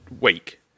week